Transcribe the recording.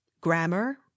grammar